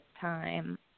time